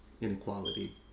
inequality